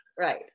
Right